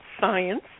science